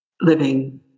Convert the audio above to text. living